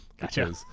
gotcha